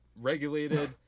regulated